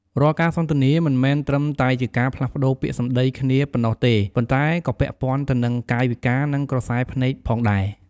រាល់ការសន្ទនាមិនមែនត្រឹមតែជាការផ្លាស់ប្ដូរពាក្យសម្ដីគ្នាប៉ុណ្ណោះទេ ប៉ុន្តែក៏ពាក់ព័ន្ធទៅនឹង កាយវិការនិងក្រសែភ្នែកផងដែរ។